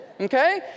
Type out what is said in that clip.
okay